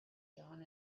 john